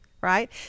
right